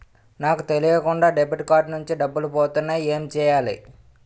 నాకు తెలియకుండా debit card నుంచి డబ్బులు పోతున్నాయి ఎం చెయ్యాలి?